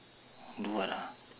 do what ah